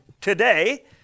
today